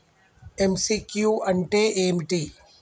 MCQ అంటే ఏమిటి?